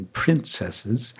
princesses